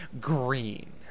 green